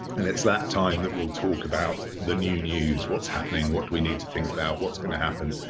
and it's that time that we'll talk about the new news, what's happening, what do we need to think about, what's gonna happen?